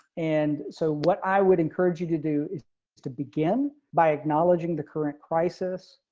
and so what i would encourage you to do is is to begin by acknowledging the current crisis.